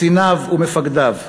קציניו ומפקדיו,